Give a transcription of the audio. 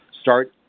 Start